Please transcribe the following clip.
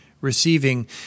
receiving